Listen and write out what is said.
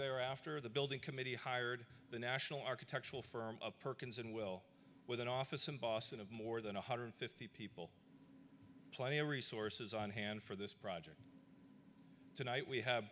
thereafter the building committee hired the national architectural firm of perkins and will with an office in boston of more than one hundred fifty hp plenty of resources on hand for this project tonight we have